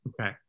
okay